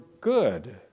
good